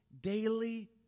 daily